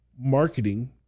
marketing